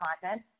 content